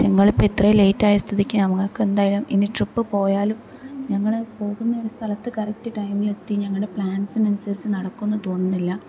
പക്ഷേ നിങ്ങൾ ഇപ്പം ഇത്രേം ലേറ്റ് ആയ സ്ഥിതിക്ക് ഞങ്ങൾക്ക് എന്തായാലും ഇനി ട്രിപ്പ് പോയാലും ഞങ്ങൾ പോകുന്നൊരു സ്ഥലത്ത് കറക്റ്റ് ടൈമിൽ എത്തി ഞങ്ങളുടെ പ്ലാൻസിനനുസരിച്ച് നടക്കുമെന്ന് തോന്നുന്നില്ല